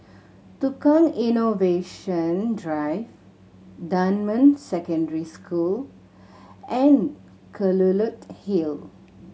Tukang Innovation Drive Dunman Secondary School and Kelulut Hill